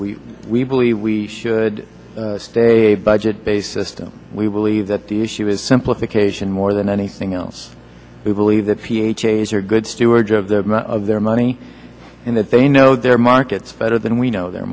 we we believe we should stay budget based system we believe that the issue is simplification more than anything else who believe that ph asr good stewards of the of their money and that they know their markets better than we know their